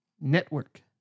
Network